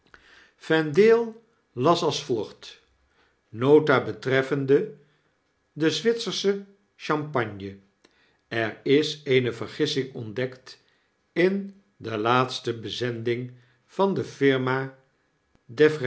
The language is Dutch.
vendale las als volgt nota betreffende den zwitserschen champagne er is eene vergissing ontdekt in de laatste bezending van de firma